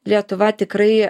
lietuva tikrai